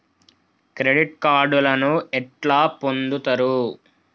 Credit కార్డులను ఎట్లా పొందుతరు?